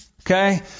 Okay